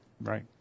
Right